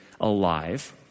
alive